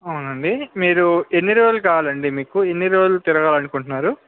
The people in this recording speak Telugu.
అవును అండి మీరు ఎన్ని రోజులు కావాలి అండి మీకు ఎన్ని రోజులు తిరగాలి అనుకుంటున్నారు